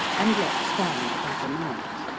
and let stand overnight.